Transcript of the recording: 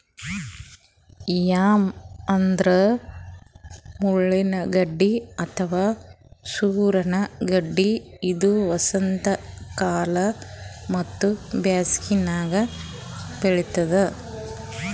yam ಅಂದ್ರ ಮುಳ್ಳಗಡ್ಡಿ ಅಥವಾ ಸೂರಣ ಗಡ್ಡಿ ಇದು ವಸಂತಕಾಲ ಮತ್ತ್ ಬ್ಯಾಸಿಗ್ಯಾಗ್ ಬೆಳಿತದ್